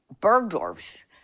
Bergdorf's